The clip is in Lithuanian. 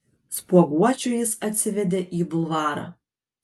spuoguočių jis atsivedė į bulvarą